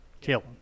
kill